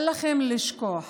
אל לכם לשכוח